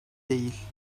değil